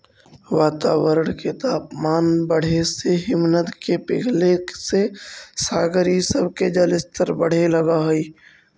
वातावरण के तापमान बढ़े से हिमनद के पिघले से सागर इ सब के जलस्तर बढ़े लगऽ हई